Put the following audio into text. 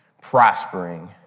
prospering